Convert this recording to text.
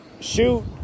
shoot